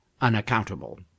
unaccountable